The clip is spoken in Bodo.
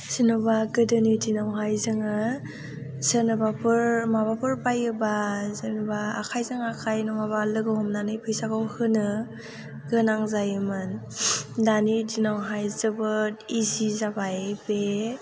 जेन'बा गोदोनि दिनावहाय जोङो जेन'बाफोर माबाफोर बायोबा जेन'बा आखाइजों आखाइ नङाबा लोगो हमनानै फैसाखौ होनो गोनां जायोमोन दानि दिनावहाय जोबोद इजि जाबाय बे